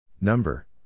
Number